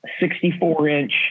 64-inch